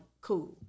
cool